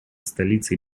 столицей